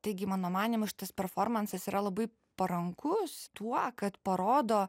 taigi mano manymu šitas performansas yra labai parankus tuo kad parodo